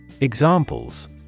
Examples